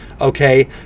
okay